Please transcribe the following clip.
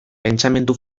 pentsamendu